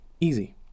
Easy